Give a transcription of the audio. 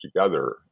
together